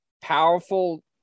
powerful